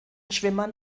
schwimmern